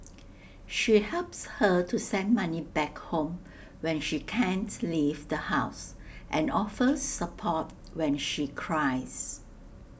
she helps her to send money back home when she can't leave the house and offers support when she cries